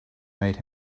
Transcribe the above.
made